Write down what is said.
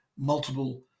Multiple